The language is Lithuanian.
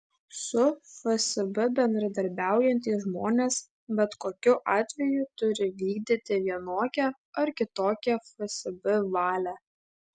su fsb bendradarbiaujantys žmonės bet kokiu atveju turi vykdyti vienokią ar kitokią fsb valią